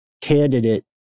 candidate